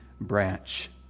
branch